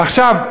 עכשיו,